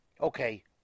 Okay